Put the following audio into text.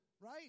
Right